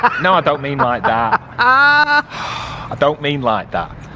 no, i don't mean like that. i ah don't mean like that.